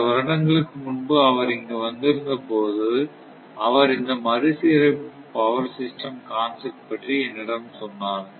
சில வருடங்களுக்கு முன்பு அவர் இங்கு வந்திருந்தபோது அவர் இந்த மறுசீரமைப்பு பவர் சிஸ்டம் கான்செப்ட் பற்றி என்னிடம் சொன்னார்